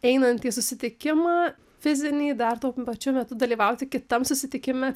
einant į susitikimą fizinį dar tuo pačiu metu dalyvauti kitam susitikime